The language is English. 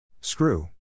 Screw